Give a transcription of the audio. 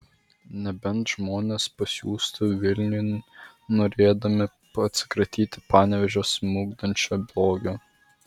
nebent žmonės pasiųstų vilniun norėdami atsikratyti panevėžio smukdančio blogio